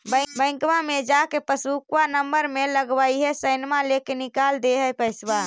बैंकवा मे जा के पासबुकवा नम्बर मे लगवहिऐ सैनवा लेके निकाल दे है पैसवा?